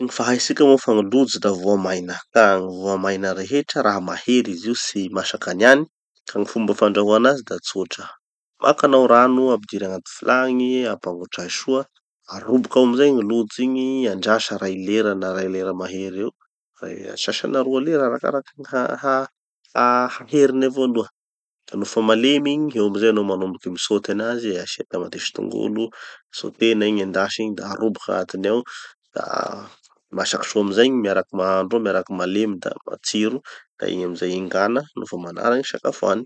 Fa haitsika moa fa gny lojy da voamaina. Ka gny voamaina rehetra raha mahery izy io tsy masaky aniany. Fa gny fomba fandrahoa anazy da tsotra. Maka hanao rano ampidiry agnaty vilagny, ampangotrahy soa, aroboky ao amizay gny lojy igny, andrasa ray lera na ray lera mahery eo. Asasana roa lera na arakaraky gny ha ha ha haheriny avao aloha. Ka nofa malemy igny, eo amizay hanao manomboky misôty anazy, asia tamatesy tongolo, sôtena igny endasy igny da aroboky agnatiny ao da masaky soa amizay igny miaraky mahandro ao miaraky malemy da matsiro, da igny amizay engana. Nofa manara igny sakafoany.